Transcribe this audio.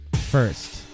first